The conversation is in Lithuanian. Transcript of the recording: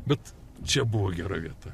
bet čia buvo gera vieta